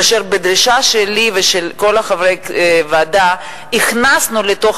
כאשר בדרישה שלי ושל כל חברי הוועדה הכנסנו לתוך